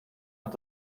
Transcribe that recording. hat